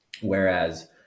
Whereas